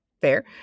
Fair